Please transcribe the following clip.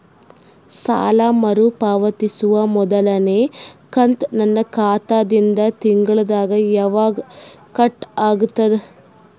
ಸಾಲಾ ಮರು ಪಾವತಿಸುವ ಮೊದಲನೇ ಕಂತ ನನ್ನ ಖಾತಾ ದಿಂದ ತಿಂಗಳದಾಗ ಯವಾಗ ಕಟ್ ಆಗತದ?